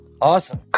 Awesome